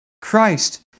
Christ